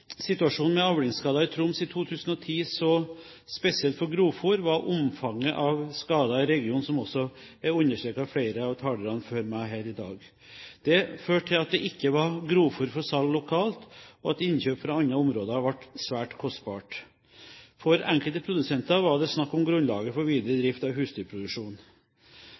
situasjonen med avlingsskader i Troms i 2010 så spesiell for grovfôr, var omfanget av skader i regionen, noe som også er understreket av flere av talerne før meg her i dag. Det førte til at det ikke var grovfôr for salg lokalt, og at innkjøp fra andre områder ble svært kostbart. For enkelte produsenter var det snakk om grunnlaget for videre drift av